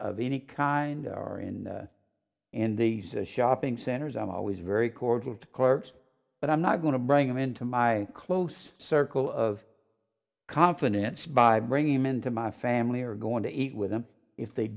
of any kind or in in the shopping centers i'm always very cordial to clerks but i'm not going to bring them into my close circle of confidence by bringing them into my family or going to eat with them if they